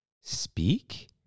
speak